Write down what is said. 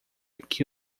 que